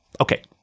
Okay